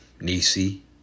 Nisi